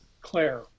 Claire